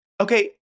okay